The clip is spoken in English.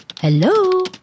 hello